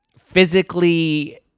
physically